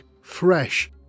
fresh